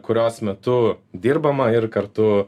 kurios metu dirbama ir kartu